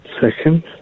Second